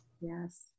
yes